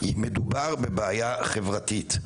מדובר בבעיה חברתית.